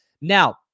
Now